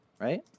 right